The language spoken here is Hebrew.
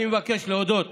אני מבקש להודות